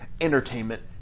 Entertainment